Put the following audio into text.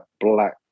black